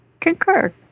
concur